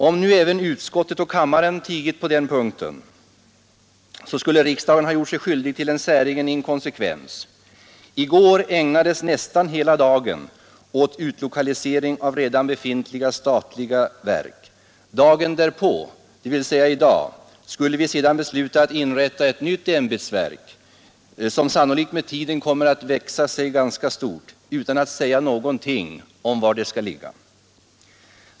Om nu även utskottet och kammaren tigit på den punkten, skulle riksdagen ha gjort sig skyldig till en säregen inkonsekvens. I går ägnades hela dagen åt utlokalisering av redan befintliga statliga verk. Dagen därpå, dvs. i dag, skulle vi sedan besluta att inrätta ett nytt ämbetsverk, som sannolikt med tiden kommer att växa sig ganska stort, utan att säga någonting om var det skall ligga.